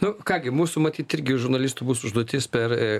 nu ką gi mūsų matyt irgi žurnalistų bus užduotis per